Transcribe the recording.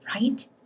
right